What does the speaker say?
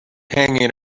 hanging